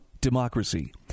democracy